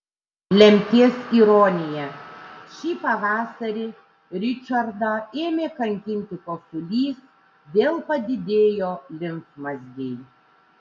lemties ironija šį pavasarį ričardą ėmė kankinti kosulys vėl padidėjo limfmazgiai